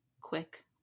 quick